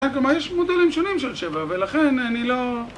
כלומר, יש מודלים שונים של שבע, ולכן אני לא...